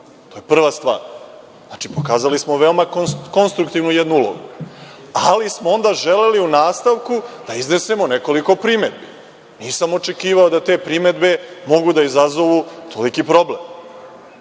To je prva stvar. Pokazali smo veoma konstruktivnu jednu ulogu, ali smo onda želeli u nastavku da iznesemo nekoliko primedbi. Nisam očekivao da te primedbe mogu da izazovu toliki problem. Primedbe